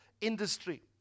industry